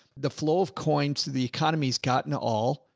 the flow of coins, the economy's gotten all.